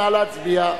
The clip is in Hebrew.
נא להצביע.